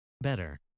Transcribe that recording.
Better